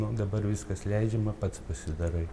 o dabar viskas leidžiama pats pasidarai